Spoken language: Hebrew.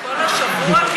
כל השבוע?